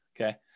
Okay